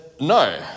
No